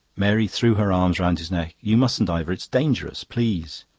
mary threw her arms round his neck. you mustn't, ivor. it's dangerous. please.